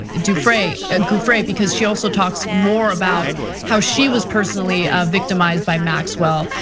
giuffre and giuffre because she also talks more about how she was personally ah victimized by maxwell.